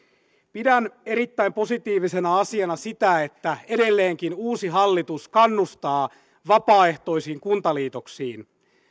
pidän erittäin positiivisena asiana sitä että edelleenkin uusi hallitus kannustaa vapaaehtoisiin kuntaliitoksiin